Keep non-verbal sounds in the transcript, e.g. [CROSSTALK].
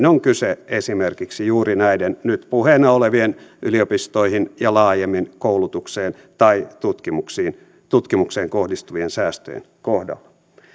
[UNINTELLIGIBLE] on kyse esimerkiksi juuri näiden nyt puheena olevien yliopistoihin ja laajemmin koulutukseen tai tutkimukseen tutkimukseen kohdistuvien säästöjen kohdalla